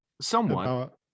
Somewhat